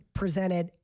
presented